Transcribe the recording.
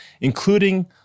including